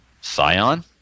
Scion